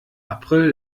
april